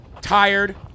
Tired